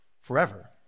forever